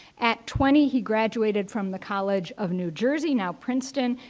at twenty, he graduated from the college of new jersey, now princeton,